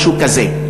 משהו כזה,